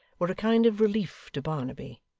were a kind of relief to barnaby,